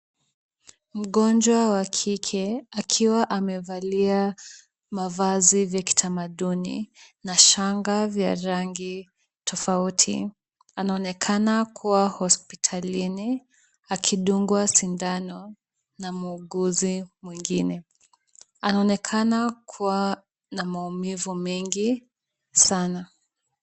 Mgonjwa wa kike akiwa amevalia mavazi ya kitamaduni na shanga ya rangi tofauti. Anaonekana kuwa hospitalini akidungwa sindano na muuguzi mwingine. Anaonekana kuwa na maumivu mengi sana.